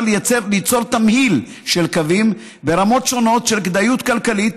ליצור תמהיל של קווים ברמות שונות של כדאיות כלכלית,